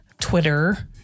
Twitter